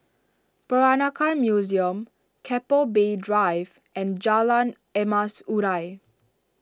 Peranakan Museum Keppel Bay Drive and Jalan Emas Urai